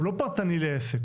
הוא לא פרטני לעסק,